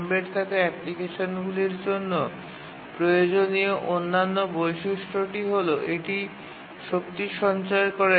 embed থাকা অ্যাপ্লিকেশনগুলির জন্য প্রয়োজনীয় অন্যান্য বৈশিষ্ট্যটি হল এটি শক্তি সঞ্চয় করে